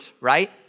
right